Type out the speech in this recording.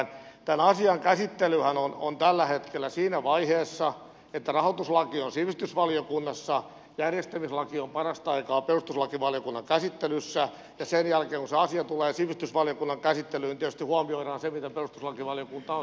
tämän asian käsittelyhän on tällä hetkellä siinä vaiheessa että rahoituslaki on sivistysvaliokunnassa järjestämislaki on parasta aikaa perustuslakivaliokunnan käsittelyssä ja sen jälkeen kun se asia tulee sivistysvaliokunnan käsittelyyn tietysti huomioidaan se mitä perustuslakivaliokunta on sanonut